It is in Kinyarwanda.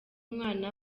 umwana